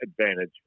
advantage